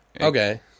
Okay